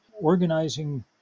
organizing